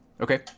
Okay